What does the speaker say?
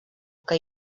que